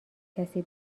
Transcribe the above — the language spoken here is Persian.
کسی